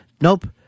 Nope